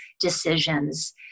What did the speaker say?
decisions